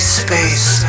space